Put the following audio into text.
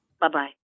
Bye-bye